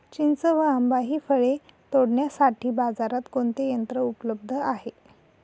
चिंच व आंबा हि फळे तोडण्यासाठी बाजारात कोणते यंत्र उपलब्ध आहे?